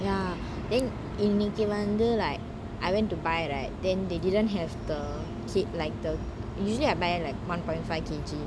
ya then இன்னிக்கி வந்து:iniki vanthu like I went to buy right then they didn't have the kit like the usually I buy like one point five K_G